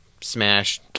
smash